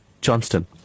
Johnston